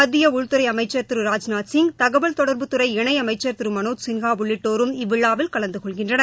மத்திய உள்துறை அமைச்சர் திரு ராஜ்நாத் சிங் தகவல் தொடர்புத்துறை இணையமைச்சர் திரு மனோஜ் சின்ஹா உள்ளிட்டோரும் இவ்விழாவில் கலந்தகொள்கின்றனர்